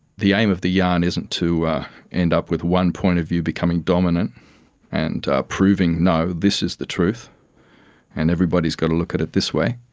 the aim of the yarn isn't to end up with one point of you becoming dominant and proving, no, this is the truth and everybody has got to look at it this way.